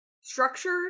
structured